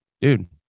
dude